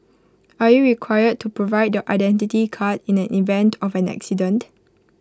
are you required to provide your Identity Card in an event of an accident